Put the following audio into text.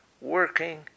working